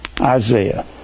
Isaiah